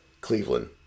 Cleveland